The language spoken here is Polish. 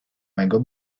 mego